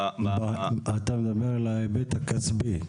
אתה מדבר על ההיבט הכספי,